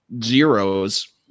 zeros